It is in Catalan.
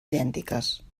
idèntiques